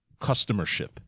customership